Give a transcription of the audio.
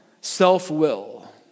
self-will